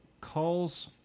calls